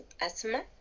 asthma